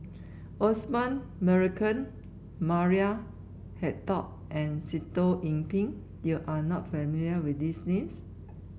Osman Merican Maria Hertogh and Sitoh Yih Pin you are not familiar with these names